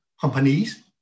companies